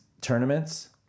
tournaments